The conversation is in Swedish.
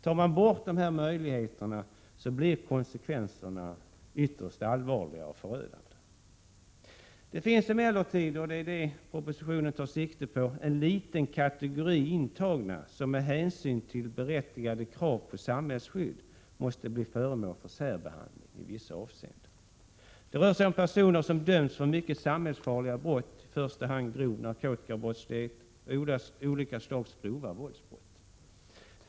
Tas dessa möjligheter bort blir konsekvenserna ytterst allvarliga och förödande. Det finns emellertid — vilket man tar sikte på i propositionen — en liten kategori intagna som med hänsyn till berättigade krav på samhällsskydd måste bli föremål för särbehandling i vissa avseenden. Det rör sig om personer som har dömts för mycket samhällsfarliga brott, i första hand grov narkotikabrottslighet och olika slags grova våldsbrott.